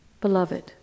Beloved